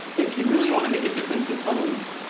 if you really want to make a difference in someone's